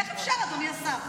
איך אפשר, אדוני השר?